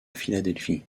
philadelphie